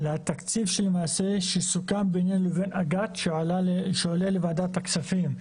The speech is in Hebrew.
לתקציב שסוכם בינינו ובין אג"ת שעולה לוועדת הכספים.